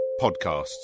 podcasts